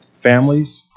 families